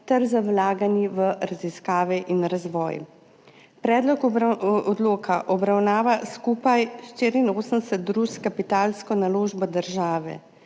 ter z vlaganji v raziskave in razvoj. Predlog odloka obravnava skupaj 84 družb s kapitalsko naložbo države.